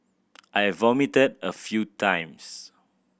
I vomited a few times